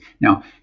now